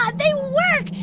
um they work.